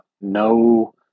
no